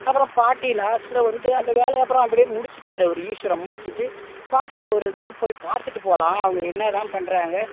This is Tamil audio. அப்புறம் பாட்டி லாஸ்ட்ல வந்து அந்த வேலைய அப்புறம் அப்படியே முடிச்சிட்டார் அவர் ஈஸ்வரன் முடிச்சிட்டு பாட்டியை ஒரு தரம் போய் பார்த்துட்டு போகலாம் அவங்க என்ன தான் பண்ணுறாங்க